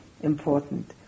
important